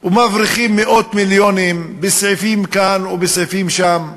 ומבריחים מאות מיליונים בסעיפים כאן ובסעיפים שם,